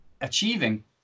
achieving